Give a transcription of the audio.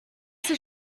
ses